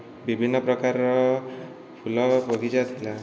ବିଭିନ୍ନ ପ୍ରକାରର ଫୁଲ ବଗିଚା ଥିଲା